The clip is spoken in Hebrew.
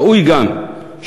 ראוי גם שנש"מ,